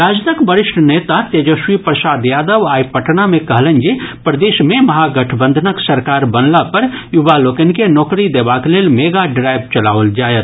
राजदक वरिष्ठ नेता तेजस्वी प्रसाद यादव आइ पटना मे कहलनि जे प्रदेश मे महागठबंधनक सरकार बनला पर युवा लोकनि के नोकरी देबाक लेल मेगा ड्राइव चलाओल जायत